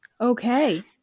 Okay